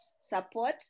support